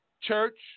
Church